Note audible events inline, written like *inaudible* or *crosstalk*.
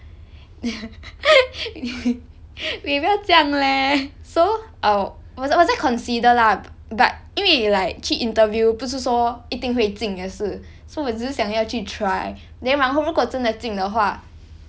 *laughs* eh 你不要这样 leh so I'll 我在我在 consider lah but 因为 like 去 interview 不是说一定会进也是 so 我只是想要去 try then 然后如果真的进的话